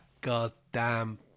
goddamn